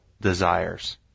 desires